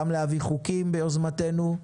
גם להביא חוקים ביוזמתנו,